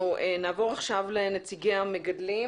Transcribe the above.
אנחנו נעבור עכשיו לנציגי המגדלים.